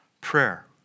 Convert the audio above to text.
prayer